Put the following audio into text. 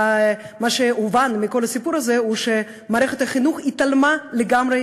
מה שהובן מכל הסיפור הזה זה שמערכת החינוך התעלמה לגמרי